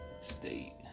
state